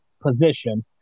position